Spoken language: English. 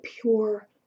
pure